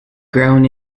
grown